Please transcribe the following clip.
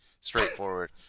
straightforward